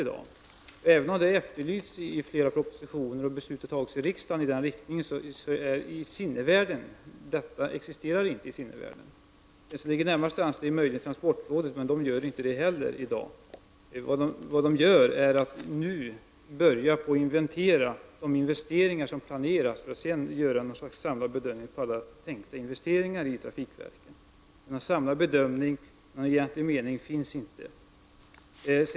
Även om detta har efterlysts i flera propositioner och beslut har fattats i riksdagen i denna riktning, existerar det inte i sinnevärlden. Det som ligger närmast till hands är möjligen transportrådet, men inte heller transportrådet har det här ansvaret i dag. Transportrådet börjar emellertid nu att inventera de investeringar som planeras för att sedan göra något slags samlad bedömning av alla tänkta investeringar i trafikverken. Men någon samlad bedömning i egentlig mening sker inte.